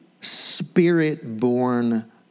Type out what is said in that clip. spirit-born